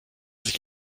sich